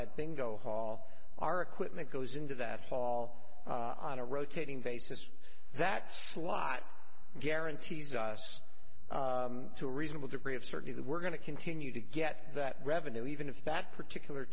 that thing go haul our equipment goes into that hall on a rotating basis that slot guarantees us to a reasonable degree of certainty that we're going to continue to get that revenue even if that particular